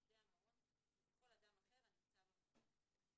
עובדי המעון וכל אדם אחר הנמצא במעון.